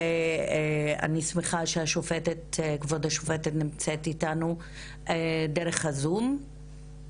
אני שמחה שכבוד השופטת נמצאת איתנו דרך הזום.